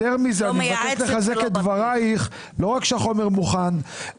לא מייעצת ולא בטיח.